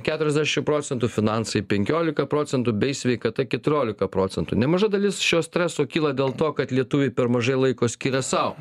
keturiasdeši procentų finansai penkiolika procentų bei sveikata keturiolika procentų nemaža dalis šio streso kyla dėl to kad lietuviai per mažai laiko skiria sau